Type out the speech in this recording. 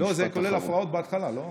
לא, זה כולל הפרעות בהתחלה, לא?